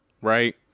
right